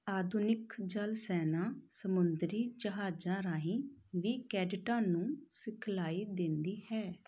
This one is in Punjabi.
ਆਧੁਨਿਕ ਜਲ ਸੈਨਾ ਸਮੁੰਦਰੀ ਜਹਾਜ਼ਾਂ ਰਾਹੀਂ ਵੀ ਕੈਡਿਟਾਂ ਨੂੰ ਸਿਖਲਾਈ ਦਿੰਦੀ ਹੈ